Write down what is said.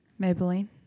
Maybelline